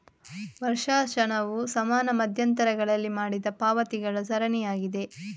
ವರ್ಷಾಶನವು ಸಮಾನ ಮಧ್ಯಂತರಗಳಲ್ಲಿ ಮಾಡಿದ ಪಾವತಿಗಳ ಸರಣಿಯಾಗಿದೆ